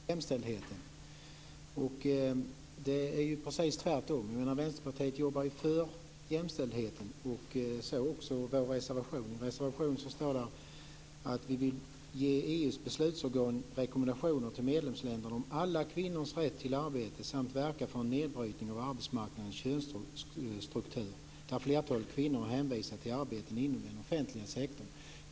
Fru talman! När det gäller vad som sades här om Vänsterpartiet och jämställdhet är det precis tvärtom - Vänsterpartiet jobbar för jämställdhet. Det gäller också vår reservation. I den står det att vi vill att EU:s beslutsorgan ger rekommendationer till medlemsländerna om alla kvinnors rätt till arbete samt verkar för en nedbrytning av arbetsmarknadens könsstruktur. Flertalet kvinnor är där hänvisade till arbeten inom den offentliga sektorn.